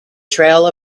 trail